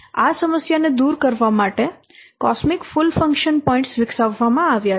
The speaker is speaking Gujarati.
આ સમસ્યાને દૂર કરવા માટે કોસ્મિક ફૂલ ફંક્શન પોઇન્ટ્સ વિકસાવવામાં આવ્યા છે